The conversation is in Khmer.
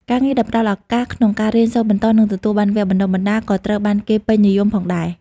ការងារដែលផ្ដល់ឱកាសក្នុងការរៀនសូត្របន្ត និងទទួលបានវគ្គបណ្ដុះបណ្ដាល ក៏ត្រូវបានគេពេញនិយមផងដែរ។